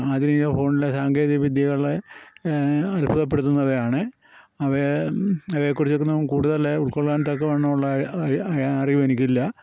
ആധുനിക ഫോണിലെ സാങ്കേതിക വിദ്യകളെ അത്ഭുതപ്പെടുത്തുന്നവയാണ് അവയെ അവയെ കുറിച്ചൊന്നും കൂടുതലായി ഉൾക്കൊള്ളാൻ തക്കവണ്ണമുള്ള അറിവ് എനിക്കില്ല